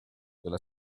della